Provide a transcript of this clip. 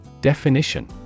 Definition